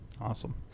Awesome